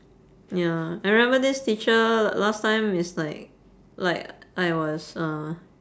ya I remember this teacher last time is like like I was uh